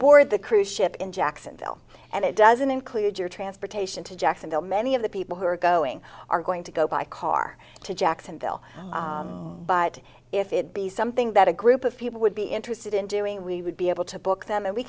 board the cruise ship in jacksonville and it doesn't include your transportation to jacksonville many of the people who are going are going to go by car to jacksonville but if it be something that a group of people would be interested in doing we would be able to book them and we